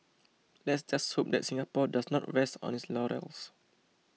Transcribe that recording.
let's just hope that Singapore does not rest on its laurels